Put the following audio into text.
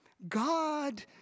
God